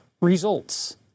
results